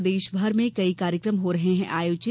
प्रदेशभर में कई कार्यक्रम हो रहे हैं आयोजित